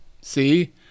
See